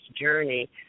journey